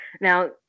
now